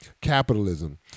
capitalism